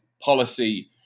policy